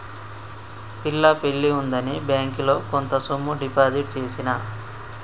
పిల్ల పెళ్లి ఉందని బ్యేంకిలో కొంత సొమ్ము డిపాజిట్ చేసిన